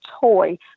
toy